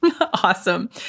Awesome